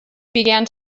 began